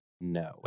No